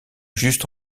juste